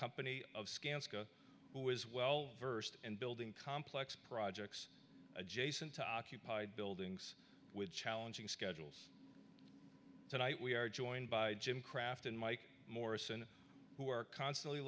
was well versed in building complex projects adjacent to occupied buildings with challenging schedules tonight we are joined by jim craft and mike morrison who are constantly